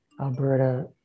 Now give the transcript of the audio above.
Alberta